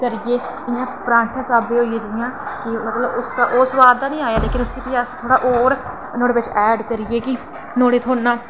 इंया भराथां स्हाबै दियां होई गेदियां न लेकिन उसदा ओह् सोआद निं आया पर उसी अस नुहाड़ा किश होर नुहाड़ै च थोह्ड़ा एड करियै